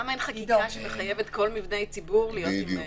למה אין חקיקה שמחייבת כל מבנה ציבור להיות עם זה?